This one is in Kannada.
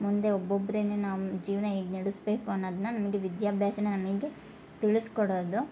ಮುಂದೆ ಒಬ್ಬೊಬ್ಬರೇನೆ ನಮ್ಮ ಜೀವನ ಹೇಗೆ ನಡ್ಸ್ಬೇಕು ಅನ್ನೋದ್ನ ನಮಗೆ ವಿದ್ಯಾಭ್ಯಾಸನೆ ನಮಗೆ ತಿಳಸ್ಕೊಡೋದು